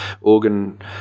organ